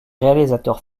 réalisateurs